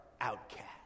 outcast